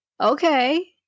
Okay